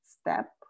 step